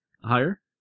Higher